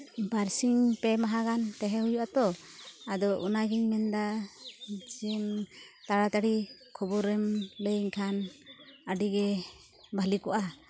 ᱵᱟᱨ ᱥᱤᱧ ᱯᱮ ᱢᱟᱦᱟ ᱜᱟᱱ ᱛᱮᱦᱮ ᱦᱩᱭᱩᱜᱼᱟ ᱛᱚ ᱟᱫᱚ ᱚᱱᱟᱜᱤᱧ ᱢᱮᱱ ᱮᱫᱟ ᱡᱮ ᱛᱟᱲᱟᱛᱟᱲᱤ ᱠᱷᱚᱵᱚᱨᱮᱢ ᱞᱟᱹᱭᱟᱹᱧ ᱠᱷᱟᱱ ᱟᱹᱰᱤ ᱜᱮ ᱵᱷᱟᱹᱞᱤ ᱠᱚᱜᱼᱟ